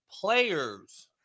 players